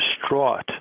distraught